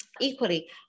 equally